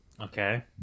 Okay